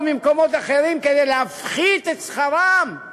וממקומות אחרים כדי להפחית את שכרם?